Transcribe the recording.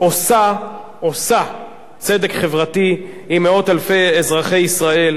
עושה צדק חברתי עם מאות אלפי אזרחי ישראל,